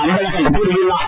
அன்பழகன் கூறியுள்ளார்